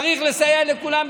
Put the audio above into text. צריך לסייע לכולם,